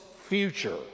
future